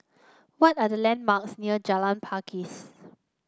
what are the landmarks near Jalan Pakis